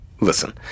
Listen